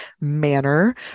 manner